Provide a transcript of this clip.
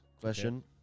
question